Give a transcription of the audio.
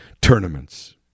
tournaments